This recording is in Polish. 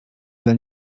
dla